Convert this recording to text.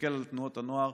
מסתכל על תנועות הנוער,